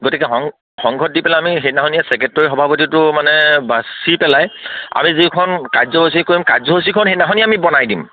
গতিকে সং সংঘত দি পেলাই আমি সেইদিনাখনে ছেক্ৰেটৰী সভাপতিটো মানে বাচি পেলাই আমি যিখন কাৰ্যসূচী কৰিম কাৰ্যসূচীখন সেইদিনাখনেই আমি বনাই দিম